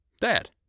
Dad